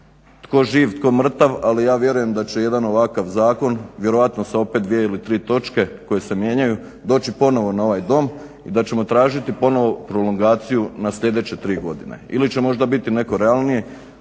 tko živ, tko mrtav, ali ja vjerujem da će jedan ovakav zakon vjerojatno sa opet 2 ili 3 točke koje se mijenjaju doći ponovno na ovaj Dom i da ćemo tražiti ponovno prolongaciju na sljedeće tri godine. Ili će možda biti netko realniji